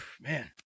Man